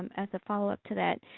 um as a follow-up to that,